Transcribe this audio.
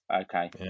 okay